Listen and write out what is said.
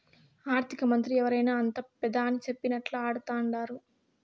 ఆర్థికమంత్రి ఎవరైనా అంతా పెదాని సెప్పినట్లా ఆడతండారు